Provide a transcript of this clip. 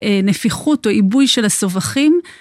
נפיחות או איבוי של הסובכים.